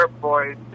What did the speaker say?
Boys